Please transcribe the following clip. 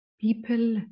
people